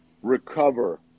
recover